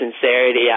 sincerity